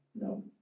No